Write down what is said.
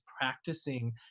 practicing